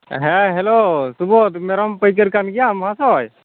ᱦᱮᱸ ᱦᱮᱞᱳ ᱥᱩᱵᱚᱫ ᱢᱮᱨᱚᱢ ᱯᱟᱹᱭᱠᱟᱹᱨ ᱠᱟᱱ ᱜᱮᱭᱟᱢ ᱢᱚᱦᱟᱥᱚᱭ